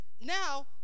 now